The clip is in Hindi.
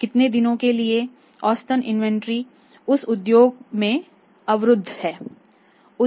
कितने दिनों के लिए औसतन इन्वेंट्री उस उद्योग में अवरुद्ध है